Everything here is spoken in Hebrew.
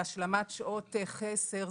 "השלמת שעות חסר",